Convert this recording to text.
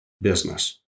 business